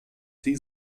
die